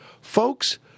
Folks